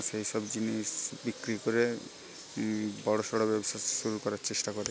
সেইসব জিনিস বিক্রি করে বড়সড় ব্যবসা শুরু করার চেষ্টা করে